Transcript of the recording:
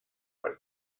but